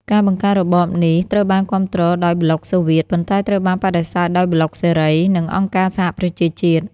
ការបង្កើតរបបនេះត្រូវបានគាំទ្រដោយប្លុកសូវៀត ប៉ុន្តែត្រូវបានបដិសេធដោយប្លុកសេរី និងអង្គការសហប្រជាជាតិ។